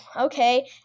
okay